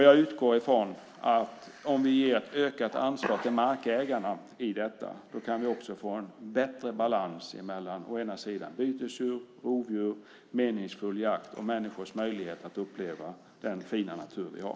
Jag utgår från att om vi ger ett ökat ansvar till markägarna i detta kan vi också få en bättre balans mellan betesdjur och rovdjur, en meningsfull jakt och människors möjligheter att uppleva den fina natur vi har.